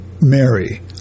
Mary